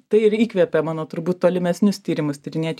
tai ir įkvėpė mano turbūt tolimesnius tyrimus tyrinėt